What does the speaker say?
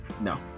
No